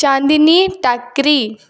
Chandni Takri